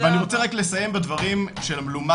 ואני רק רוצה לסיים בדברים של המלומד,